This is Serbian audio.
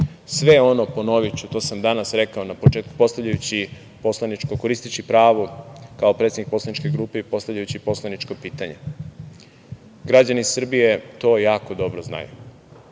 sve ono, ponoviću, to sam danas rekao koristeći pravo kao predsednik poslaničke grupe i postavljajući poslaničko pitanje. Građani Srbije to jako dobro znaju,